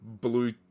blue